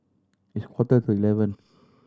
its quarter to eleven